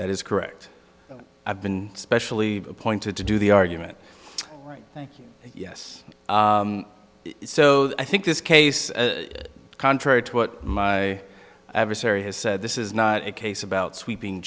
that is correct i've been specially appointed to do the argument thank you yes so i think this case contrary to what my adversary has said this is not a case about sweeping